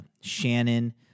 Shannon